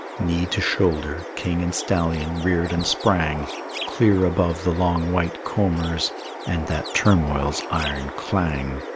knee to shoulder, king and stallion reared and sprang clear above the long white combers and that turmoil's iron clang.